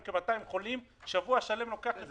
כ-200 חולים שבוע שלם לוקח לפנות אותם.